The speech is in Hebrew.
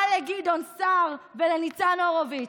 מה לגדעון סער ולניצן הורוביץ?